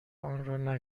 آنرا